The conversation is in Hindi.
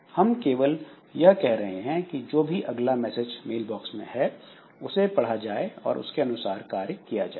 हम केवल यह कह रहे हैं कि जो भी अगला मैसेज मेल बॉक्स में है उसे पढ़ा जाए और उसके अनुसार कार्य किया जाए